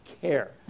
care